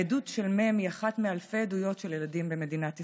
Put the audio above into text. העדות של מ' היא אחת מאלפי עדויות של ילדים במדינת ישראל.